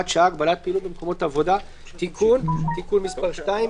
שעה) (הגבלת פעילות במקומות עבודה)(תיקון)(תיקון מס' 2),